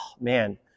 man